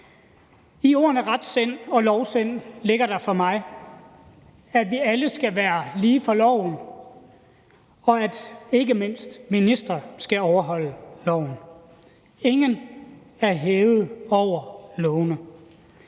I ordene retsind og lovsind ligger der for mig, at vi alle skal være lige for loven, og at ikke mindst ministre skal overholde loven. Ingen er hævet over lovene.